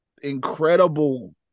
incredible